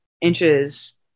inches